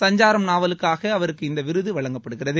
சஞ்சாரம் நாவலுக்காக அவருக்கு இந்த விருது வழங்கப்படுகிறது